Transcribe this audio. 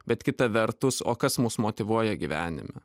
bet kita vertus o kas mus motyvuoja gyvenime